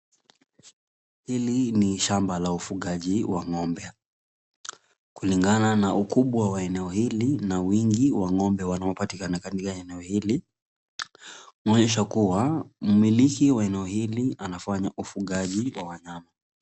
Hili ni shamba la ufugaji wa ng'ombe, kulingana na ukubwa wa eneo hili na wingi wa ng'ombe wanaopatikana katika eneo hili, kuonyesha kuwa mmiliki wa eneo hili anafanya ufugaji wa wanyama.